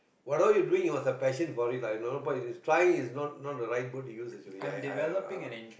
what are you doing it was a passion for it lah trying is not the right word to use actually I I ah